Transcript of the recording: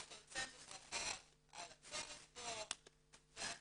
שיש קונצנזוס רחב על הצורך בו ועדיין,